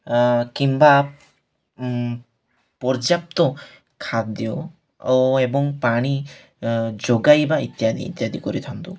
କିମ୍ବା ପର୍ଯ୍ୟାପ୍ତ ଖାଦ୍ୟ ଓ ଏବଂ ପାଣି ଯୋଗାଇବା ଇତ୍ୟାଦି ଇତ୍ୟାଦି କରିଥାନ୍ତୁ